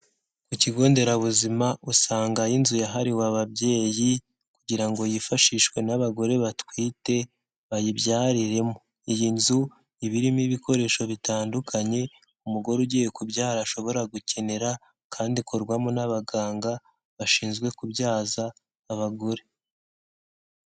Ku kigo nderabuzima usangayo inzu yahariwe ababyeyi kugira ngo yifashishwe n'abagore batwite bayibyariremo. Iyi nzu iba irimo ibikoresho bitandukanye umugore ugiye kubyara ashobora gukenera, kandi ikorwamo n'abaganga bashinzwe kubyaza abagore.